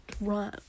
run